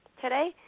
today